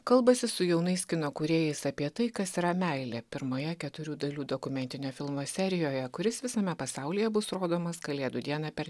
kalbasi su jaunais kino kūrėjais apie tai kas yra meilė pirmoje keturių dalių dokumentinio filmo serijoje kuris visame pasaulyje bus rodomas kalėdų dieną per